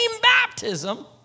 baptism